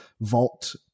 vault